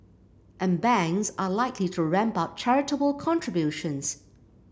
and banks are likely to ramp up charitable contributions